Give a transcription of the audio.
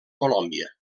colòmbia